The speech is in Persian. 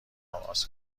آغاز